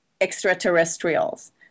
extraterrestrials